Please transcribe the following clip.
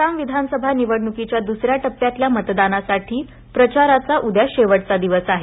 आसाम विधानसभा निवडणुकीच्या दुसऱ्या टप्प्यातल्या मतदानासाठी प्रचाराचा उद्या शेवटचा दिवस आहे